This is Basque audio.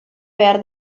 behar